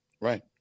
Right